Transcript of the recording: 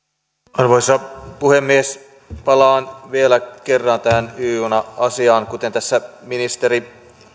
arvoisa puhemies palaan vielä kerran tähän y juna asiaan kuten tässä ministeri